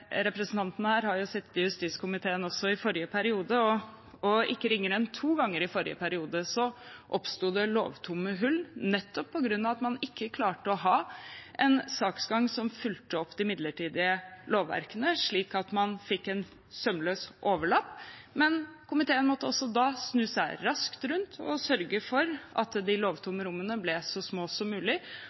i justiskomiteen også i forrige periode, at ikke mindre enn to ganger i forrige periode oppsto det lovtomme hull, nettopp fordi man ikke klarte å ha en saksgang som fulgte opp de midlertidige lovverkene slik at man fikk en sømløs overlapping. Komiteen måtte også da snu seg raskt rundt og sørge for at de lovtomme rommene ble så små som mulig,